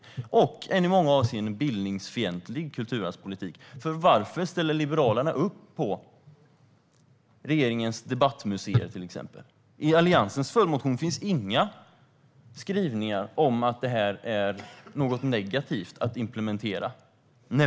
Det är också en i många avseenden bildningsfientlig kulturarvspolitik. Varför ställer Liberalerna upp på regeringens debattmuseer till exempel? I Alliansens följdmotion finns inga skrivningar om att det här är något negativt att implementera.